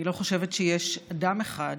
אני לא חושבת שיש אדם אחד